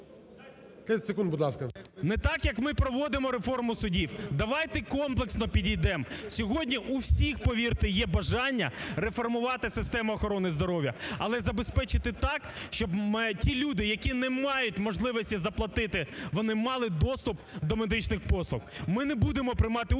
Не так, як ми проводимо реформу судів. Давайте комплексно підійдем. Сьогодні у всіх, повірте, є бажання реформувати систему охорони здоров'я. Але забезпечити так, щоб ті люди, які не мають можливості заплатити, вони мали доступ до медичних послуг. Ми не будемо приймати участь,